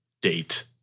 Date